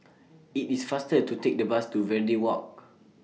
IT IS faster to Take The Bus to Verde Walk